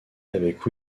avec